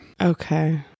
Okay